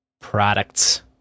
products